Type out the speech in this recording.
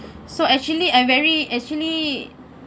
so actually I'm very actually